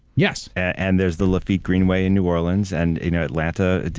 yes. and there's the lafitte greenway in new orleans and in atlanta.